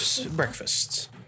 breakfasts